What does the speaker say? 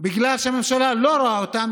בגלל שהממשלה לא רואה אותנו,